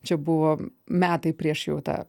čia buvo metai prieš jau tą